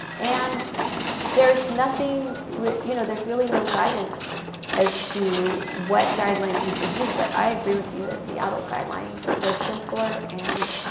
and there's nothing you know, there's really no guidance as to what guidelines you should use. but i agree with you that the adult guidelines, they're simpler and,